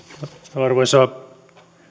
arvoisa